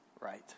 right